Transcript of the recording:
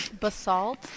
basalt